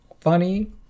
funny